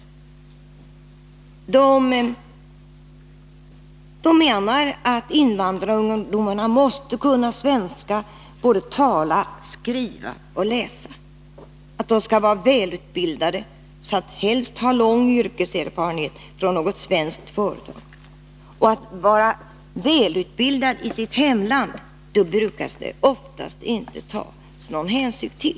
Företagarna menar att invandrarungdomarna måste kunna tala, skriva och läsa svenska. De skall vara välutbildade och helst ha lång yrkeserfarenhet från något svenskt företag. Att någon är välutbildad i sitt hemland brukar det oftast inte tas någon hänsyn till.